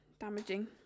damaging